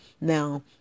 Now